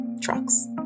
trucks